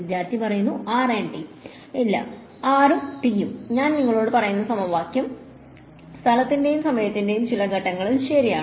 വിദ്യാർത്ഥി R T ഇല്ല r ഉം t ഉം ഞാൻ ഞങ്ങളോട് പറയുന്ന സമവാക്യം സ്ഥലത്തിലും സമയത്തിലും ചില ഘട്ടങ്ങളിൽ ശരിയാണ്